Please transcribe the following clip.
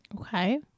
Okay